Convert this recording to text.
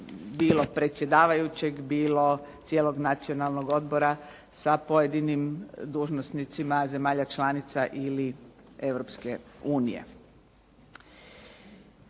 bilo predsjedavajućeg, bilo cijelog Nacionalnog odbora sa pojedinim dužnosnicima zemalja članica ili Europske unije.